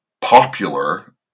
popular